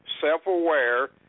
self-aware